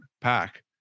pack